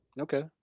Okay